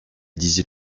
disait